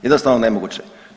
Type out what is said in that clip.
Jednostavno nemoguće.